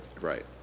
Right